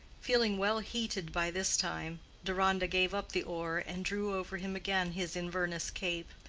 feeling well heated by this time, deronda gave up the oar and drew over him again his inverness cape.